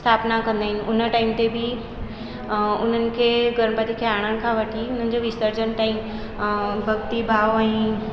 स्थापना कंदा आहिनि हुन टाइम ते बि उन्हनि खे गणपति खे आणण खां वठी उन्हनि जे विसर्जन ताईं भक्ति भाव ऐं